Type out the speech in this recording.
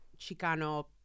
Chicano